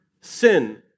sin